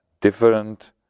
different